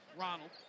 Ronald